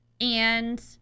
and-